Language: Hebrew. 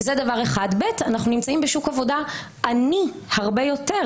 כמו כן, אנחנו נמצאים בשוק עבודה עני הרבה יותר